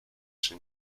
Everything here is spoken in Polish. czy